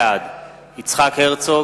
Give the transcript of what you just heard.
בעד יצחק הרצוג,